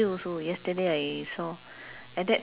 jalan kayu ah ya